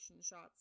shots